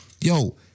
Yo